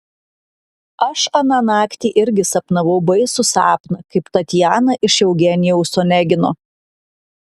aš aną naktį irgi sapnavau baisų sapną kaip tatjana iš eugenijaus onegino